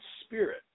spirit